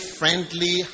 friendly